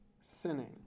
sinning